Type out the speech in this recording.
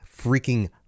freaking